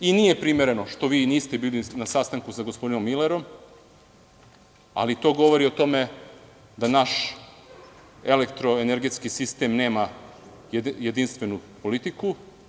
I nije primereno što vi niste bili na sastanku sa gospodinom Milerom, ali to govori o tome da naš elektroenergetski sistem nema jedinstvenu politiku.